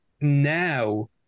now